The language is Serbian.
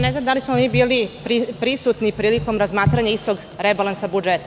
Ne znam da li smo bili prisutni prilikom razmatranja istog rebalansa budžeta?